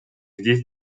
здесь